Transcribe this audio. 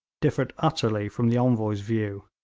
differed utterly from the envoy's view.